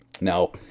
Now